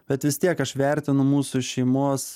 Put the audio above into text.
bet vis tiek aš vertinu mūsų šeimos